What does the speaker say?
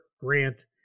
Grant